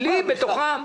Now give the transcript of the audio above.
לי בתוכם.